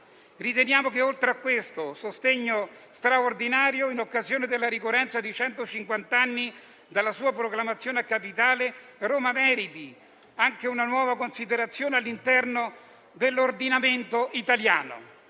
Riteniamo che oltre a questo sostegno straordinario, in occasione della ricorrenza dei centocinquant'anni dalla sua proclamazione a capitale, Roma meriti anche una nuova considerazione all'interno dell'ordinamento italiano.